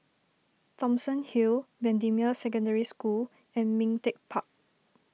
Thomson Hill Bendemeer Secondary School and Ming Teck Park